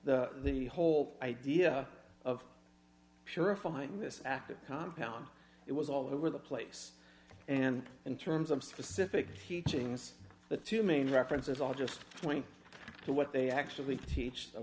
the whole idea of purifying this active compound it was all over the place and in terms of specific teachings the two main references all just point to what they actually teach